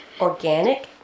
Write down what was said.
organic